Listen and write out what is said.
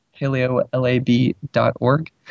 paleolab.org